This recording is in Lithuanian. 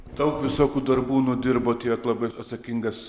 daug visokių darbų nudirbot tiek labai atsakingas